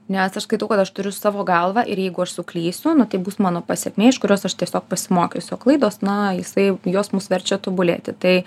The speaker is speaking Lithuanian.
nes aš skaitau kad aš turiu savo galvą ir jeigu aš suklysiu nu tai bus mano pasekmė iš kurios aš tiesiog pasimokysiu klaidos na jisai jos mus verčia tobulėti tai